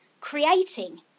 creating